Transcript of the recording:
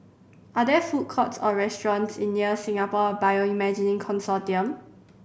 are there food courts or restaurants near Singapore Bioimaging Consortium